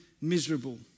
miserable